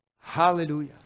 Hallelujah